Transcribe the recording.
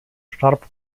starb